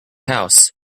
house